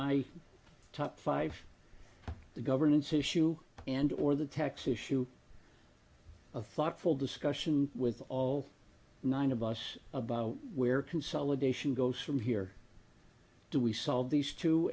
my top five the governance issue and or the tax issue a thoughtful discussion with all nine of us about where consolidation goes from here do we solve these t